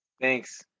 Thanks